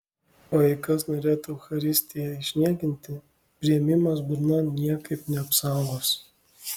o jei kas norėtų eucharistiją išniekinti priėmimas burnon niekaip neapsaugos